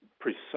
precise